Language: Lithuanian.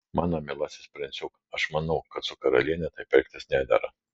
mano mielasis princiuk aš manau kad su karaliene taip elgtis nedera